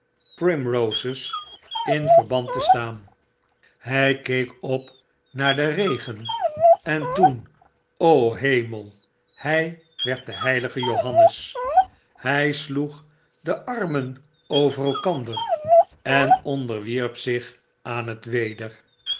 primroses in verband te staan h j keek op naar den regen en toen hemel hij werd de heilige johannes hy sloeg de armen over elkander en onderwierp zich aan het weder